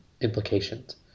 implications